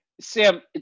Sam